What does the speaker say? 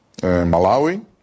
Malawi